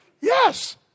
Yes